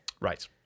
Right